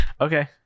Okay